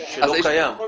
אז אין מידע.